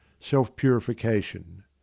self-purification